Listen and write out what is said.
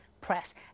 press